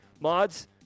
mods